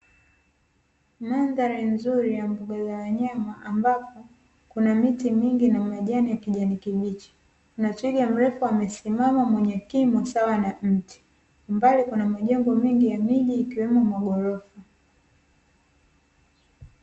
Mandhari nzuri ya mbuga za wanyama, ambapo kuna miti mingi na majani ya kijani kibichi na twiga mrefu amesimama mwenye kimo sawa na miti; mbali kuna majengo mengi ya miji ikiwemo maghorofa.